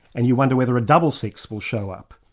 and you wonder whether a double six will show up.